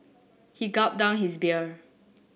he gulped down his beer